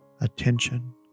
attention